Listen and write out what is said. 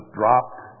dropped